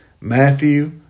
Matthew